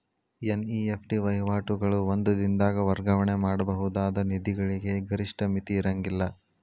NEFT ವಹಿವಾಟುಗಳು ಒಂದ ದಿನದಾಗ್ ವರ್ಗಾವಣೆ ಮಾಡಬಹುದಾದ ನಿಧಿಗಳಿಗೆ ಗರಿಷ್ಠ ಮಿತಿ ಇರ್ಂಗಿಲ್ಲಾ